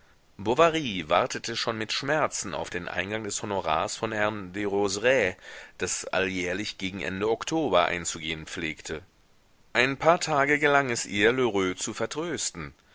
bovary wartete schon mit schmerzen auf den eingang des honorars von herrn derozerays das alljährlich gegen ende oktober einzugehen pflegte ein paar tage gelang es ihr lheureux zu vertrösten